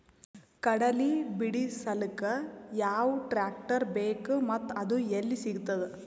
ಕಡಲಿ ಬಿಡಿಸಲಕ ಯಾವ ಟ್ರಾಕ್ಟರ್ ಬೇಕ ಮತ್ತ ಅದು ಯಲ್ಲಿ ಸಿಗತದ?